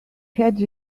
had